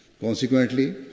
Consequently